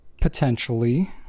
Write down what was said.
potentially